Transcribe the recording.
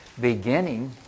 beginning